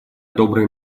добрые